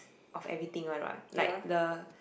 of everything one what like the